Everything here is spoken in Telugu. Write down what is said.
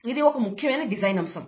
ఇది ఒక ముఖ్యమైన డిజైన్ అంశం